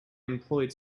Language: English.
employed